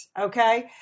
okay